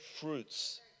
fruits